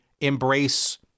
embrace